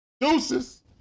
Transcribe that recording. Deuces